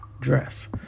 dress